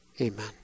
Amen